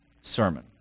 sermon